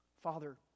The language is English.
Father